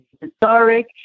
historic